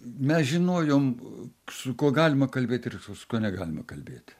mes žinojom su kuo galima kalbėt ir su kuo negalima kalbėt